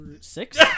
six